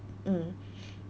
mm